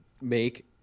make